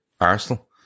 Arsenal